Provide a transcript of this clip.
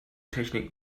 technik